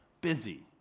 Busy